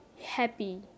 happy